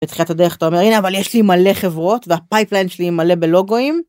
בתחילת הדרך אתה אומר, אבל הנה יש לי מלא חברות והפייפליין שלי מלא בלוגויים.